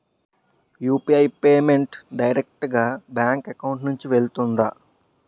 UPI payment direct గా bank account నుంచి వెళ్తుందా?